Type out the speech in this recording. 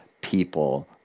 people